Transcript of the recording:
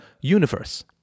universe